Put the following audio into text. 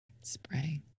spray